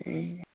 ए